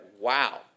wow